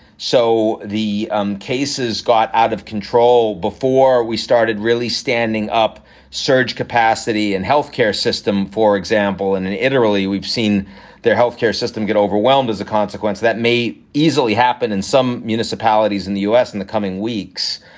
so the um cases got out of control before we started really standing up surge capacity and health care system, for example. and and italy, we've seen their health care system get overwhelmed as a consequence. that may easily happen in some municipalities in the u s. in the coming weeks,